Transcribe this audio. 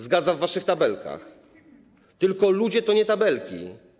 Zgadza w waszych tabelkach, tylko że ludzie to nie tabelki.